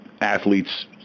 athletes